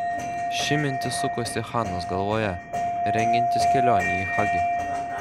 ši mintis sukosi hanos galvoje rengiantis kelionei į hagi